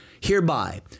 Hereby